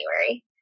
January